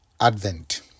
Advent